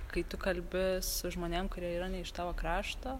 kai tu kalbi su žmonėm kurie yra ne iš tavo krašto